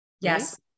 Yes